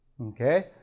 okay